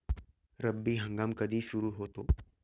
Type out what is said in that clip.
रब्बी हंगाम कधी सुरू होतो?